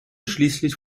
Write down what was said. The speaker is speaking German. schließlich